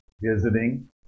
visiting